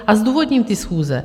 A zdůvodním ty schůze.